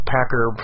Packer